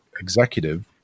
executive